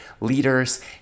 leaders